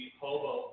hobo